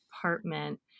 apartment